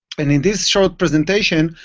and in this short presentation,